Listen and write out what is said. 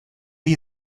gli